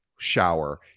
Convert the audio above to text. shower